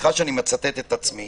סליחה שאני מצטט את עצמי